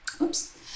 Oops